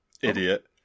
Idiot